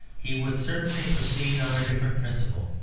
he would certainly proceed on a different principle.